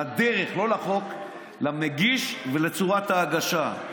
לדרך, לא לחוק, למגיש ולצורת ההגשה.